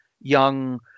young